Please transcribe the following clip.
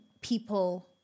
people